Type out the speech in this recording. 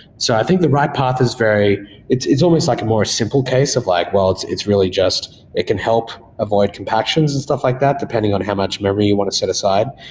so i think the write path is very it's it's almost like a more simple case of like, well, it's it's really just it can help avoid compactions and stuff like that depending on how much memory you want to set aside.